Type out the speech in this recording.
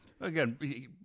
Again